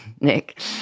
Nick